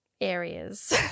areas